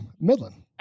midland